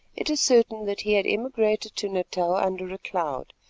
it is certain that he had emigrated to natal under a cloud,